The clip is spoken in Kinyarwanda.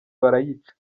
barayica